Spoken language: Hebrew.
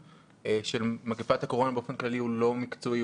של מגפת הקורונה באופן כללי הוא לא מקצועי,